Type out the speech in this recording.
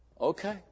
Okay